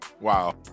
Wow